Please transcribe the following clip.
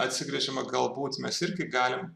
atsigręžiama galbūt mes irgi galim